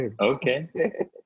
Okay